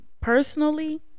personally